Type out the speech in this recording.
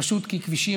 פשוט כי כבישים,